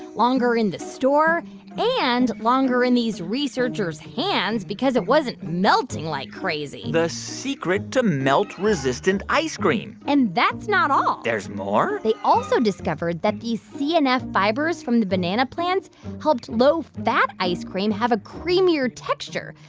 longer in the store and longer in these researchers' hands because it wasn't melting like crazy the secret to melt-resistant ice cream and that's not all there's more? they also discovered that these cnf fibers from the banana plants helped low-fat ice cream have a creamier texture,